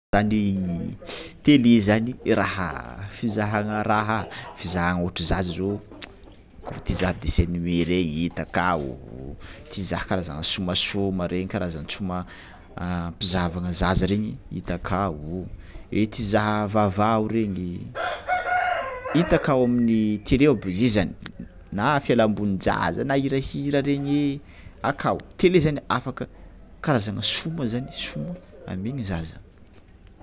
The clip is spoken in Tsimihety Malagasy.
Raha ny telé zany raha fizahangna raha fizahana ohatry zaza te izaha dessin animé regny ita akao, ti hizaha karazana somasoma regny karazanan-tsoma ampizahavana zaza regny hita akao, ti hizaha vaovao regny hita akao amin'ny telé ao aby re zany na va fialambolin-jaza regny na hirahira regny akao, telé zany karazagna soma zany soma amign'ny zaza.